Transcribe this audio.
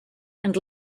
and